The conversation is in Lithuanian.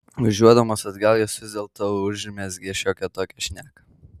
važiuodamos atgal jos vis dėlto užmezgė šiokią tokią šneką